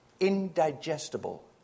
indigestible